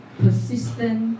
persistent